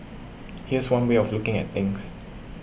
here's one way of looking at things